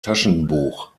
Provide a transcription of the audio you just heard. taschenbuch